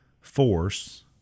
force